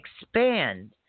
expand